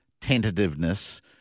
tentativeness